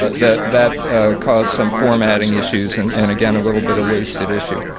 ah that that caused some formatting issues and and again a little bit of wasted issue.